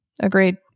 Agreed